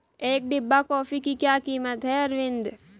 एक डिब्बा कॉफी की क्या कीमत है अरविंद?